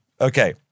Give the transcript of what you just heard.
Okay